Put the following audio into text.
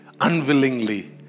unwillingly